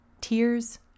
Tears